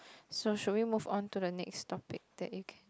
so should we move on to the next topic that you can